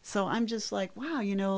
so i'm just like wow you know